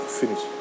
finish